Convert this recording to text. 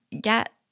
get